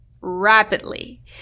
rapidly